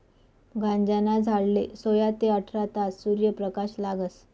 गांजाना झाडले सोया ते आठरा तास सूर्यप्रकाश लागस